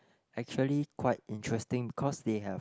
actually quite interesting because they have